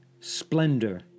splendor